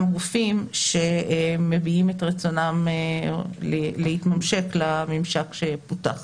גופים שמביעים את רצונם להתממשק לממשק שפותח.